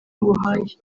nguhaye